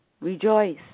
rejoice